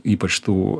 ypač tų